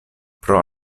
pro